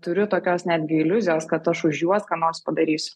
turiu tokios netgi iliuzijos kad aš už juos ką nors padarysiu